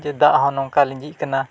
ᱡᱮ ᱫᱟᱜ ᱦᱚᱸ ᱱᱚᱝᱠᱟ ᱞᱤᱸᱜᱤᱜ ᱠᱟᱱᱟ